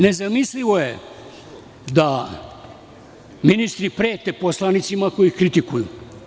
Nezamislivo je da ministri prete poslanicima koji kritikuju.